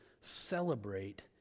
celebrate